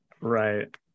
Right